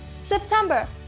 september